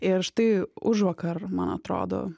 ir štai užvakar man atrodo